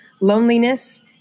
loneliness